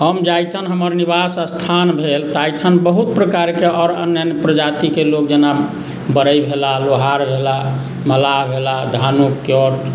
हम जाहि ठाम हमर निवास स्थान भेल ताहि ठाम बहुत प्रकारके आओर अन्य अन्य प्रजातिके लोक जेना बढ़इ भेलाह लोहार भेलाह मलाह भेलाह धानुक किअट